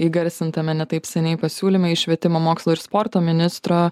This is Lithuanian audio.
įgarsintame ne taip seniai pasiūlyme į švietimo mokslo ir sporto ministro